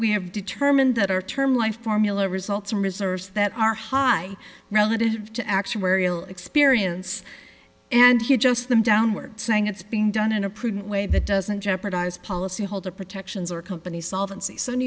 we have determined that our term life formula results in reserves that are high relative to actuarial experience and he just them downward saying it's being done in a prudent way that doesn't jeopardize policyholder protections or companies solvent see so new